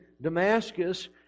Damascus